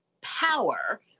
power